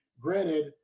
Granted